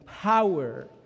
power